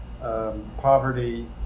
poverty